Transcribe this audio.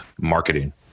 marketing